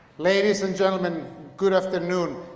ladies and gentlemen, good afternoon.